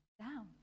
down